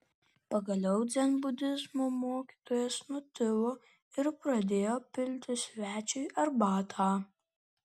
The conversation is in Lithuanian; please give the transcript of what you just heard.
pagaliau dzenbudizmo mokytojas nutilo ir pradėjo pilti svečiui arbatą